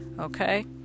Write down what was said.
okay